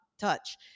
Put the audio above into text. touch